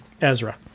Ezra